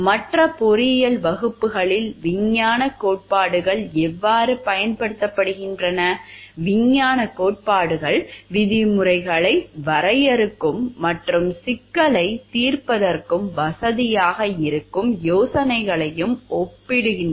மற்ற பொறியியல் வகுப்புகளில் விஞ்ஞானக் கோட்பாடுகள் எவ்வாறு பயன்படுத்தப்படுகின்றன விஞ்ஞானக் கோட்பாடுகள் விதிமுறைகளை வரையறுக்கும் மற்றும் சிக்கலைத் தீர்ப்பதற்கு வசதியாக இருக்கும் யோசனைகளையும் ஒழுங்கமைக்கின்றன